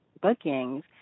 bookings